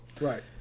Right